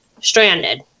stranded